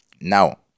now